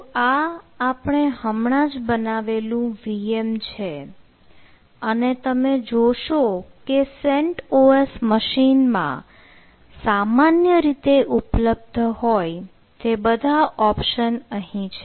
તો આ આપણે હમણાં જ બનાવેલું VM છે અને તમે જોશો કે CentOS મશીન માં સામાન્ય રીતે ઉપલબ્ધ હોય તે બધા ઓપ્શન અહીં છે